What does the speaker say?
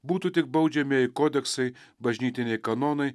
būtų tik baudžiamieji kodeksai bažnytiniai kanonai